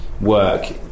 work